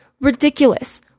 ridiculous